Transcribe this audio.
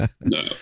No